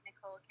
Nicole